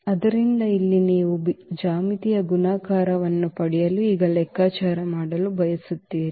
ಆದ್ದರಿಂದ ಇಲ್ಲಿ ನೀವು ಜ್ಯಾಮಿತೀಯ ಗುಣಾಕಾರವನ್ನು ಪಡೆಯಲು ಈಗ ಲೆಕ್ಕಾಚಾರ ಮಾಡಲು ಬಯಸುತ್ತೀರಿ